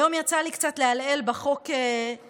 היום יצא לי קצת לעלעל בחוק ההסדרים,